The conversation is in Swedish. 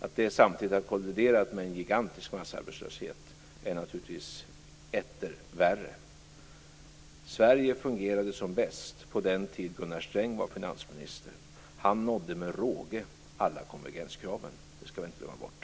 Att det samtidigt har kolliderat med en gigantisk massarbetslöshet är naturligtvis etter värre. Sverige fungerade som bäst på den tiden som Gunnar Sträng var finansminister. Han nådde med råge alla konvergenskraven. Det skall vi inte glömma bort.